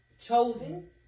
chosen